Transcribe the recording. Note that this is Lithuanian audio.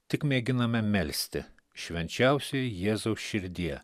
tik mėginame melsti švenčiausioji jėzaus širdie